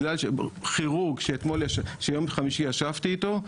כירורג שביום חמישי ישבתי איתו,